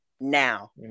now